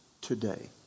today